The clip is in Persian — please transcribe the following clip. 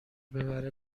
ببره